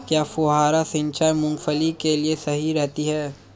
क्या फुहारा सिंचाई मूंगफली के लिए सही रहती है?